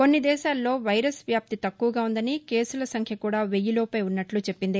కొన్ని దేశాల్లో వైరస్ వ్యాప్తి తక్కువగా ఉందని కేసుల సంఖ్య కూడా వెయ్యిలోపే ఉన్నట్లు చెప్పింది